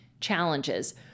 challenges